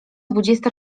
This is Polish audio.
dwudziesta